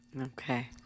Okay